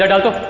uncle.